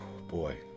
Boy